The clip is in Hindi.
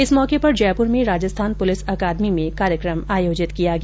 इस मौके पर जयपुर में राजस्थान पुलिस अकादमी में कार्यक्रम आयोजित गया